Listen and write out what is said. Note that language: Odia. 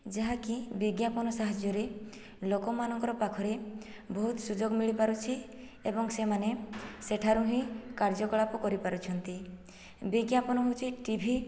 ଯାହାକି ବିଜ୍ଞାପନ ସାହାଯ୍ୟରେ ଲୋକମାନଙ୍କର ପାଖରେ ବହୁତ ସୁଯୋଗ ମିଳିପାରୁଛି ଏବଂ ସେମାନେ ସେଠାରୁ ହିଁ କାର୍ଯ୍ୟକଳାପ କରିପାରୁଛନ୍ତି ବିଜ୍ଞାପନ ହେଉଛି ଟିଭି